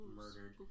murdered